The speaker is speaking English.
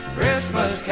Christmas